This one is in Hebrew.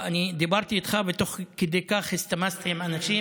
אני דיברתי איתך ותוך כדי כך הסתמסתי עם אנשים.